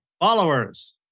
followers